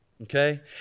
Okay